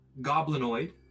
goblinoid